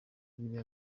biriya